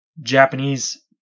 Japanese